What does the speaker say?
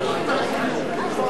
אני אתחיל להציג, עד שייכנס שר האוצר.